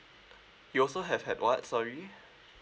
you also have had what sorry